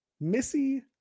missy